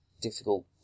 difficult